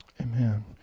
Amen